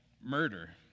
murder